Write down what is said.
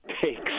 takes